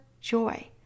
joy